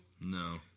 No